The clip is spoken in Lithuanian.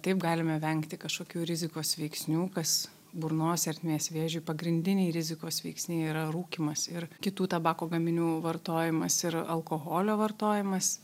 taip galime vengti kažkokių rizikos veiksnių kas burnos ertmės vėžiui pagrindiniai rizikos veiksniai yra rūkymas ir kitų tabako gaminių vartojimas ir alkoholio vartojimas